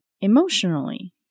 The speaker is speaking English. emotionally